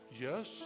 Yes